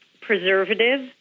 preservative